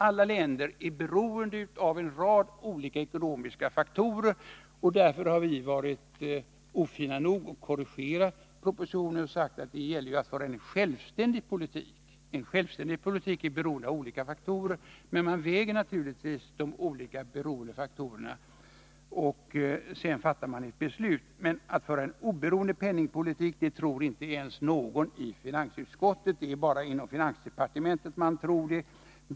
Alla länder är beroende av en rad olika ekonomiska faktorer, och därför har vi varit ofina nog att korrigera propositionen. Utskottet talar i stället om att föra en självständig penningpolitik. En självständig politik är beroende av olika faktorer, men man väger naturligtvis de olika beroendefaktorerna, och sedan fattar man ett beslut. Att det skulle vara möjligt att föra en oberoende penningpolitik tror inte någon i finansutskottet. Det är bara i finansdepartementet man tror det.